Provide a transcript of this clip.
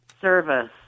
service